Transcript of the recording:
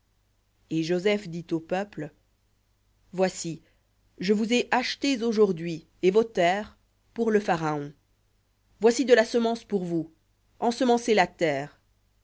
et joseph dit au peuple voici je vous ai achetés aujourd'hui et vos terres pour le pharaon voici de la semence pour vous ensemencez la terre